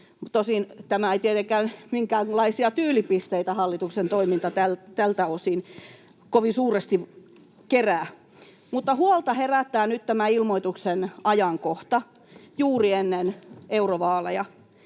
toiminta ei tietenkään minkäänlaisia tyylipisteitä tältä osin kovin suuresti kerää. Huolta herättää nyt tämän ilmoituksen ajankohta juuri ennen eurovaaleja.